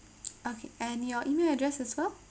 okay and your email address as well